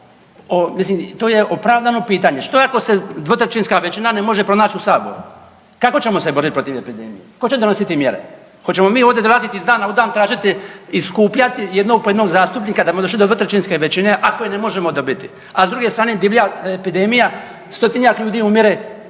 Mislim to je opravdano pitanje, što ako se dvotrećinska većina ne može pronać u Saboru kako ćemo se borit protiv epidemije, tko će donosit mjere? Hoćemo mi ovdje dolaziti iz dana u dan tražiti i skupljati jednog po jednog zastupnika … dvotrećinske većine ako je ne možemo dobiti, a s druge strane divlja epidemija stotinjak ljudi umire,